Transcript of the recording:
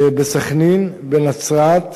בסח'נין, בנצרת,